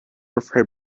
afraid